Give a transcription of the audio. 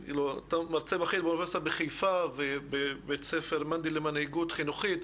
אתה מרצה בכיר באוניברסיטת חיפה ובבית ספר מנדל למנהיגות חינוכית.